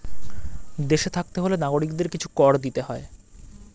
দেশে থাকতে হলে নাগরিকদের কিছু কর দিতে হয়